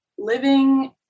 living